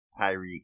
Tyreek